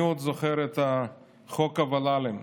אני עוד זוכר את חוק הוול"לים.